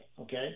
okay